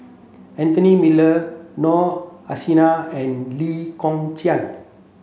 Anthony Miller Noor Aishah and Lee Kong Chian